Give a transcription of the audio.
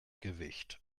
gewicht